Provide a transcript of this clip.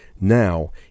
Now